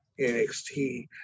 NXT